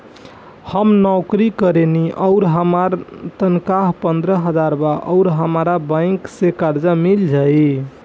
हम नौकरी करेनी आउर हमार तनख़ाह पंद्रह हज़ार बा और हमरा बैंक से कर्जा मिल जायी?